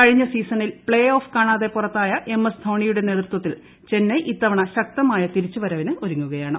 കഴിഞ്ഞ് സീസണിൽ play off കാണാതെ പുറത്തായ ക്ഷ്യ്ക്ക് ധോണിയുടെ നേതൃത്വത്തിൽ ചെന്നൈ ഇത്തവണ്ണൂട്ടു ശ്ക്തമായ തിരിച്ചുവരവിന് ഒരുങ്ങുകയാണ്